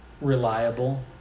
reliable